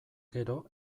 gero